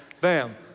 Bam